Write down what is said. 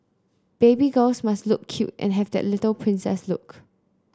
baby girls must look cute and have that little princess look